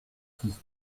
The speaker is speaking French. six